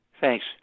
Thanks